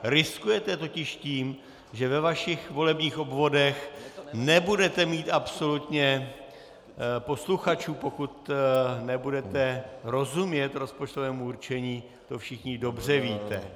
Riskujete totiž tím, že ve vašich volebních obvodech nebudete mít absolutně posluchačů, pokud nebudete rozumět rozpočtovému určení, to všichni dobře víte.